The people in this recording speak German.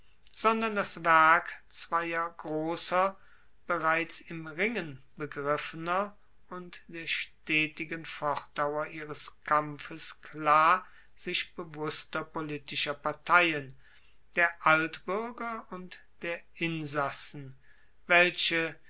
sondern das werk zweier grosser bereits im ringen begriffener und der stetigen fortdauer ihres kampfes klar sich bewusster politischer parteien der altbuerger und der insassen welche